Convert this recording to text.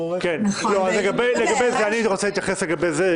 אני רוצה להתייחס לגבי זה,